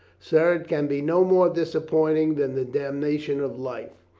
sir, it can be no more disappointing than the damnation of life.